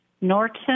Norton